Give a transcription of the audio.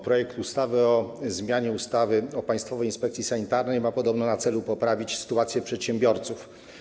Projekt ustawy o zmianie ustawy o Państwowej Inspekcji Sanitarnej podobno ma na celu poprawę sytuacji przedsiębiorców.